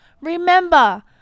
Remember